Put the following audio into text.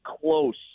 close